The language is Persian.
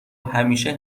همیشه